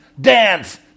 dance